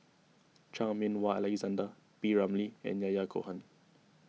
Chan Meng Wah Alexander P Ramlee and Yahya Cohen